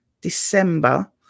December